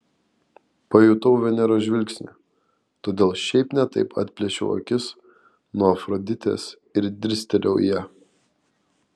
pajutau veneros žvilgsnį todėl šiaip ne taip atplėšiau akis nuo afroditės ir dirstelėjau į ją